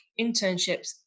internships